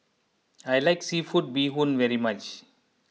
I like Seafood Bee Hoon very much